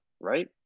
right